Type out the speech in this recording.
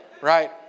Right